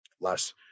less